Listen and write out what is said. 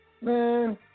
man